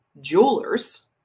jewelers